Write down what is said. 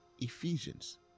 Ephesians